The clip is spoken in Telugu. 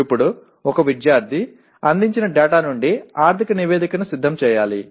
ఇప్పుడు ఒక విద్యార్థి అందించిన డేటా నుండి ఆర్థిక నివేదికను సిద్ధం చేయాలి